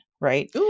right